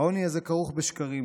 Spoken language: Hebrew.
העוני הזה כרוך בשקרים,